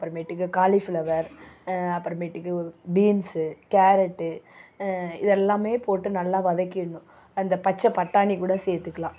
அப்புறமேட்டுக்கு காலிஃபிளவர் அப்புறமேட்டுக்கு ஒரு பீன்ஸு கேரட்டு இதெல்லாமே போட்டு நல்லா வதக்கிடணும் அந்த பச்சை பட்டாணி கூட சேர்த்துக்கலாம்